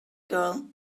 girl